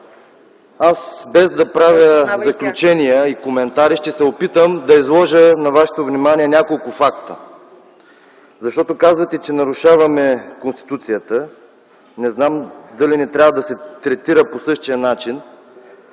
Аз без да правя заключения и коментари, ще се опитам да изложа на вашето внимание няколко факта. Защото казвате, че нарушаваме Конституцията. Не знам дали не трябва да се третира по същия начин